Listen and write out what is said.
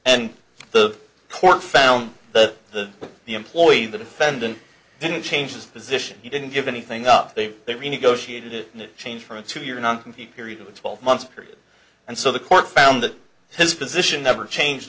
and the court found that the the employee the defendant didn't change his position he didn't give anything up they renegotiated a new change from a two year non compete period of a twelve month period and so the court found that his position never changed